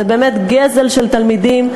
זה באמת גזל של תלמידים,